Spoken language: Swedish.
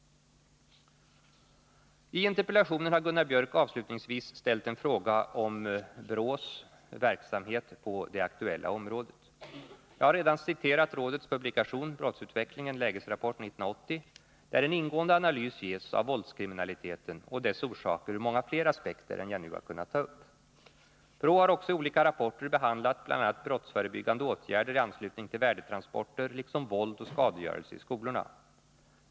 I interpellationen har Gunnar Biörck avslutningsvis ställt en fråga om BRÅ:s verksamhet på det aktuella området. Jag har redan citerat rådets publikation Brottsutvecklingen — lägesrapport 1980, där en ingående analys ges av våldskriminaliteten och dess orsaker ur många fler aspekter än jag nu har kunnat ta upp. BRÅ har också i olika rapporter behandlat bl.a. brottsförebyggande åtgärder i anslutning till värdetransporter, liksom våld och skadegörelse i skolorna.